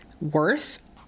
worth